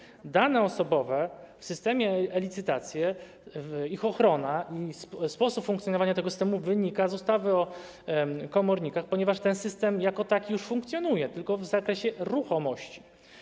Jeśli chodzi o dane osobowe w systemie e-licytacje, to ich ochrona i sposób funkcjonowania tego systemu wynikają z ustawy o komornikach, ponieważ ten system jako taki już funkcjonuje, tylko w zakresie ruchomości.